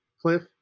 Cliff